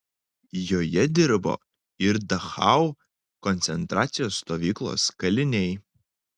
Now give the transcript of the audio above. joje dirbo ir dachau koncentracijos stovyklos kaliniai